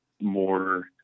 more –